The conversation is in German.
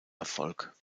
erfolg